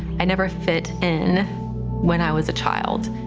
i never fit in when i was a child.